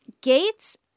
Gates